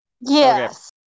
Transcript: Yes